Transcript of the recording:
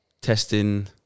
testing